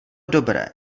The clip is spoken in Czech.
dobré